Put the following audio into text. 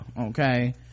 Okay